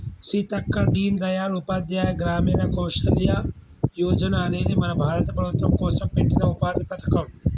సీతక్క దీన్ దయాల్ ఉపాధ్యాయ గ్రామీణ కౌసల్య యోజన అనేది మన భారత ప్రభుత్వం కోసం పెట్టిన ఉపాధి పథకం